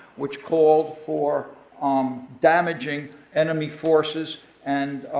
which called for um damaging enemy forces and